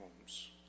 homes